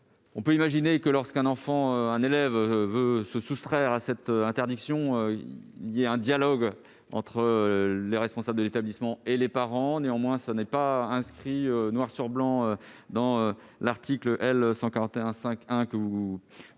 On peut imaginer que, lorsqu'un élève veut se soustraire à cette interdiction, un dialogue s'établit entre les responsables de l'établissement et les parents. Néanmoins, cela n'est pas inscrit noir sur blanc dans l'article L. 141-5-1, que vous